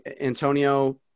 Antonio